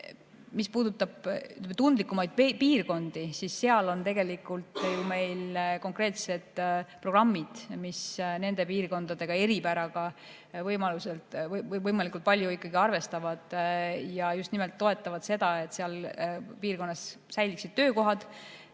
Mis puudutab tundlikumaid piirkondi, siis tegelikult meil on konkreetsed programmid, mis nende piirkondade eripäraga võimalikult palju arvestavad ja just nimelt toetavad seda, et nendes piirkondades säiliksid töökohad,